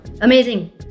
Amazing